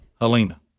Helena